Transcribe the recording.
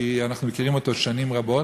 כי אנחנו מכירים אותו שנים רבות,